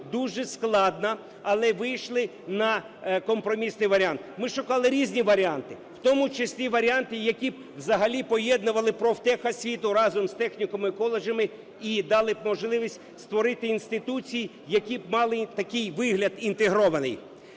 дуже складно, але вийшли на компромісний варіант. Ми шукали різні варіанти, в тому числі варіанти, які взагалі б поєднували профтехосвіту разом з технікумами і коледжами і дали б можливість створити інституції, які б мали такий вигляд інтегрований.